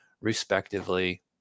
respectively